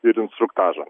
ir instruktažą